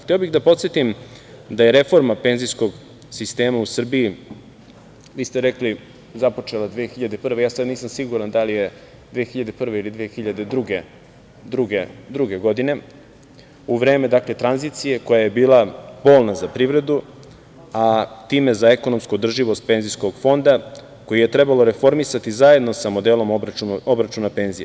Hteo bih da podsetim da je reforma penzijskog sistema u Srbiji, vi ste rekli, započela 2001. godine, ja sada nisam siguran da li je 2001. ili 2002. godine, u vreme tranzicije koja je bila bolna za privredu, a time za ekonomsku održivost penzijskog fonda koji je trebalo reformisati zajedno sa modelom obračuna penzija.